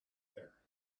air